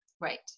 Right